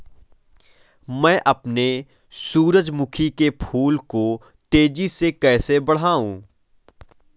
मैं अपने सूरजमुखी के फूल को तेजी से कैसे बढाऊं?